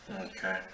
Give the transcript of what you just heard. Okay